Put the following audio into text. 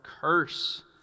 curse